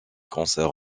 concerts